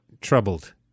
troubled